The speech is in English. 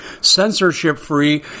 censorship-free